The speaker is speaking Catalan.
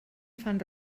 fan